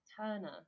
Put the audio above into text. Turner